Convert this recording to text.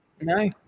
No